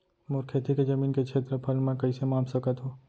मोर खेती के जमीन के क्षेत्रफल मैं कइसे माप सकत हो?